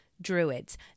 druids